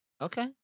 Okay